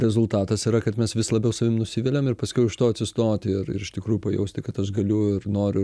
rezultatas yra kad mes vis labiau savim nusiviliam ir paskiau iš to atsistoti ir ir iš tikrųjų pajausti kad aš galiu ir noriu